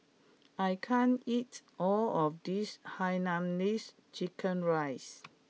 I can't eat all of this Hainanese Chicken Rice